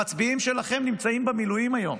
המצביעים שלכם נמצאים במילואים היום,